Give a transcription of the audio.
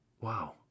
Wow